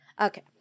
Okay